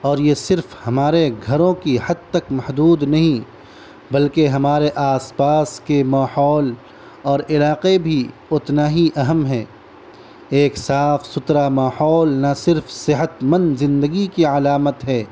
اور یہ صرف ہمارے گھروں کی حد تک محدود نہیں بلکہ ہمارے آس پاس کے ماحول اور علاقے بھی اتنا ہی اہم ہیں ایک صاف ستھرا ماحول نہ صرف صحت مند زندگی کی علامت ہے